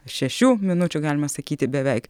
šešių minučių galima sakyti beveik